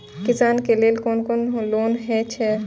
किसान के लेल कोन कोन लोन हे छे?